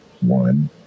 one